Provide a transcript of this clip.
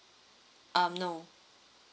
um no